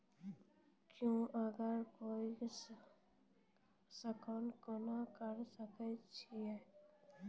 QR code scan केना करै सकय छियै?